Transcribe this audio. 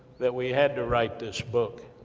that we had to write this book.